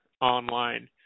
online